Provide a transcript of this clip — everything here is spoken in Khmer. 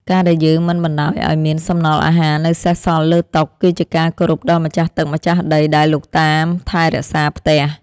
ការដែលយើងមិនបណ្តោយឱ្យមានសំណល់អាហារនៅសេសសល់លើតុ គឺជាការគោរពដល់ម្ចាស់ទឹកម្ចាស់ដីដែលលោកតាមថែរក្សាផ្ទះ។